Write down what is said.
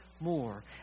more